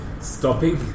stopping